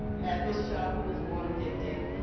had this child who was born addicted.